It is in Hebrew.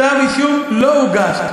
כתב אישום לא הוגש.